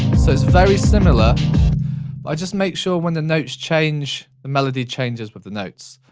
so, it's very similar, but i just make sure, when the notes change, the melody changes with the notes.